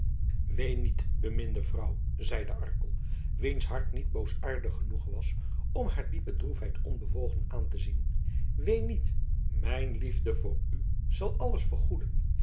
ween niet beminde vrouw zeide arkel wiens hart niet boosaardig genoeg was om haar diepe droefheid onbewogen aan te zien ween niet mijne liefde voor u zal alles vergoeden